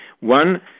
one